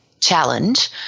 challenge